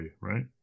right